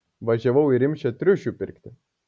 važiavau į rimšę triušių pirkti